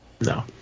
No